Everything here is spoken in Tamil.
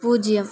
பூஜ்ஜியம்